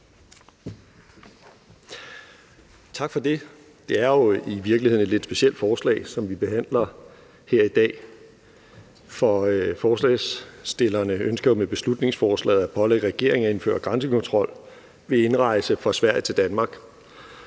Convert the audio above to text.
Tak for det. Det er jo i virkeligheden et lidt specielt forslag, som vi behandler her i dag, for forslagsstillerne ønsker med beslutningsforslaget at pålægge regeringen at indføre grænsekontrol ved indrejse fra Sverige til Danmark.